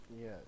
Yes